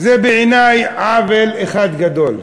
זה בעיני עוול אחד גדול.